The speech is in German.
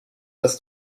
das